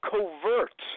Covert